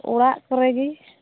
ᱚᱲᱟᱜ ᱠᱚᱨᱮ ᱜᱮ